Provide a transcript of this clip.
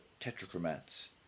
tetrachromats